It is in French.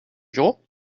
bureau